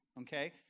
okay